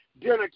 dinner